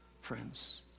friends